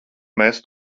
mēs